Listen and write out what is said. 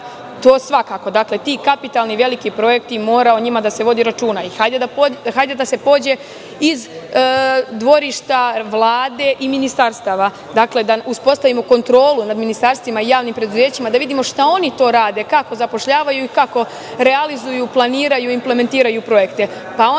to svakako. Ti kapitalni veliki projekti, o njima mora da se vodi računa. Hajde da se pođe iz dvorišta Vlade i ministarstva, da uspostavimo kontrolu u ministarstvima i javnim preduzećima, da vidimo šta oni rade, kako zapošljavaju i kako realizuju, planiraju i implementiraju projekte, pa onda